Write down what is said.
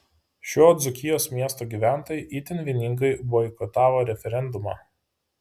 šio dzūkijos miesto gyventojai itin vieningai boikotavo referendumą